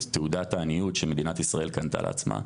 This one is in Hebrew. את תעודת העניות שמדינת ישראל קנתה לעצמה.